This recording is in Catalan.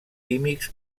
químics